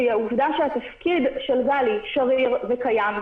והיא העובדה שהתפקיד של גלי שריר וקיים,